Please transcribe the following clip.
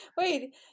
wait